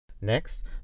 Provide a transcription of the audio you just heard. next